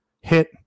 hit